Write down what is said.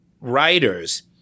writers